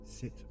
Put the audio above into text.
Sit